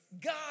God